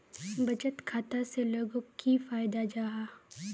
बचत खाता से लोगोक की फायदा जाहा?